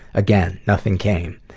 again, nothing came.